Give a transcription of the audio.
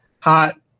hot